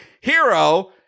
Hero